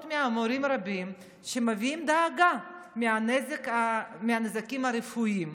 ומהורים רבים שמביעים דאגה מהנזקים הרפואיים,